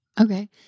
Okay